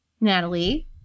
Natalie